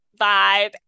vibe